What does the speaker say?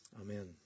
Amen